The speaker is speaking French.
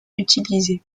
utilisé